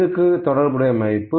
5க்கு தொடர்புடைய மதிப்பு 15